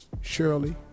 Shirley